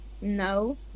No